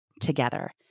together